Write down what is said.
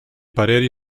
pareri